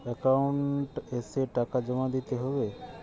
Account এসে টাকা জমা দিতে হবে?